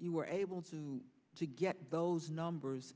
you were able to to get those numbers